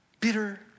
bitter